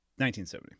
1970